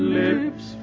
lips